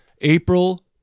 April